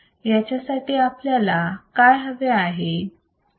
त्याच्यासाठी आपल्याला काय हवे आहे